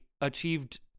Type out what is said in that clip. achieved